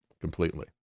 completely